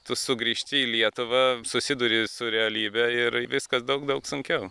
tu sugrįžti į lietuvą susiduri su realybe ir i viskas daug daug sunkiau